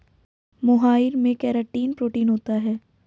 मोहाइर में keratin protein होता है